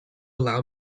allow